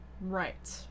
Right